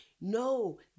No